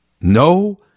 no